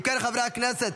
אם כן, חברי הכנסת,